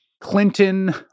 Clinton